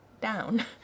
down